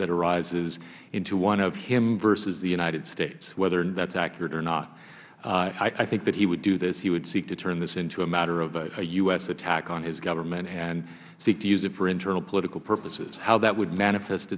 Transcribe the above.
that arises into one of him versus the united states whether that is accurate or not i think that he would do this he would seek to turn this into a matter of a u s attack on his government and seek to use it for internal political purposes how that would manifest